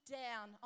down